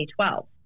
2012